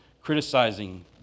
criticizing